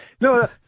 no